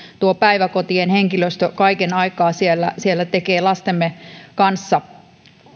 tuo päiväkotien henkilöstö kaiken aikaa siellä siellä tekee lastemme kanssa